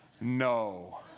no